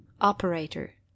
operator